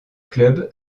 club